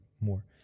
more